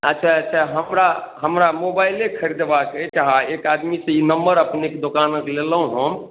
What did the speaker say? अच्छा अच्छा हमरा हमरा मोबाइले खरिदबाके अछि आओर एक आदमीसे ई नम्बर अपनेँके दोकानके लेलहुँ हम